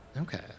Okay